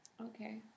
Okay